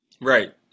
right